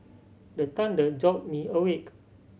the thunder jolt me awake